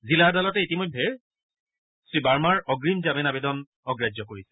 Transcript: জিলা আদালতে ইতিমধ্যে বাৰ্মাৰ অগ্ৰীম জামিন আবেদন অগ্ৰাহ্য কৰিছে